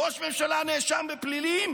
ראש ממשלה נאשם בפלילים,